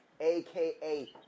aka